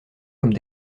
comme